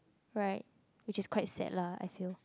right which is quite sad lah I feel